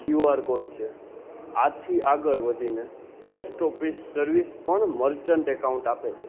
QR code છે આથી આગળ વધીને પોસ્ટ ઓફિસ સર્વિસ પણ મર્ચન્ટ એકાઉન્ટ આપે છે